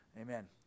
Amen